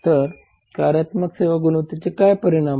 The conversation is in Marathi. तर कार्यात्मक सेवा गुणवत्तेचे काय परिमाण आहेत